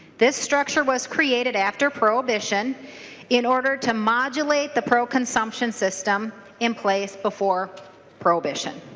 this structure was created after prohibition in order to modulate the pro-cconsumption system in place before prohibition.